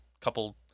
couple